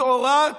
התעוררת?